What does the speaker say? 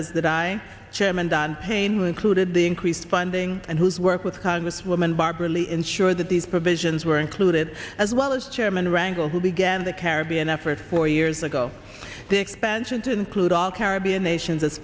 clued in the increased funding and whose work with congresswoman barbara lee ensure that these provisions were included as well as chairman rangle who began the caribbean effort four years ago the expansion to include all caribbean nations as